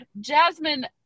Jasmine